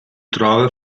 trova